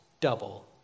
double